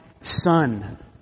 Son